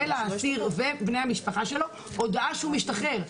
האסיר ובני המשפחה שלו הודעה שהוא משתחרר.